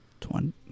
twenty